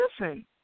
listen